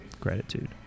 gratitude